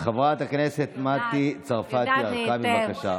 חברת הכנסת מטי צרפתי הרכבי, בבקשה.